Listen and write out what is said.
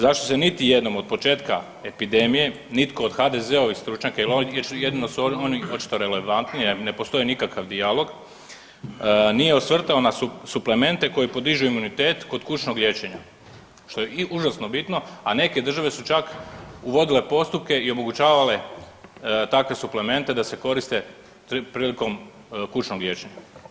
Zašto se niti jednom od početka epidemije nitko od HDZ-ovih stručnjaka jer jedino su oni očito relevantni jer ne postoji nikakav dijalog, nije osvrtao na suplemente koji podižu imunitet kod kućnog liječenja, što je užasno bitno, a neke države su čak uvodile postupke i omogućavale takve suplemente da se koriste prilikom kućnog liječenja?